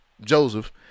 Joseph